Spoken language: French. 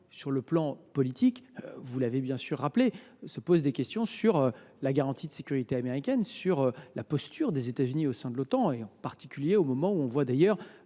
sur le plan politique, vous l’avez rappelé, se posent des questions quant à la garantie de sécurité américaine et à la posture des États Unis au sein de l’Otan, en particulier au moment où l’on voit les